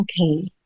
okay